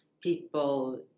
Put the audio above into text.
people